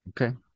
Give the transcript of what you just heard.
Okay